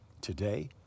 today